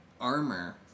armor